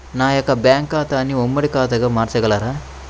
నా యొక్క బ్యాంకు ఖాతాని ఉమ్మడి ఖాతాగా మార్చగలరా?